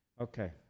Okay